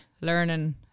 learning